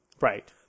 Right